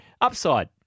Upside